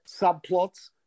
subplots